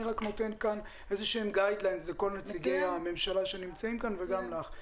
אני רק נותן כאן איזשהם קווים מנחים לכל נציגי הממשלה וגם לך.